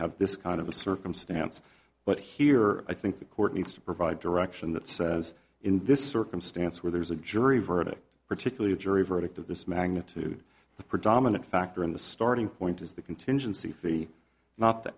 have this kind of a circumstance but here i think the court needs to provide direction that says in this circumstance where there is a jury verdict particularly a jury verdict of this magnitude the predominant factor in the starting point is the contingency fee not the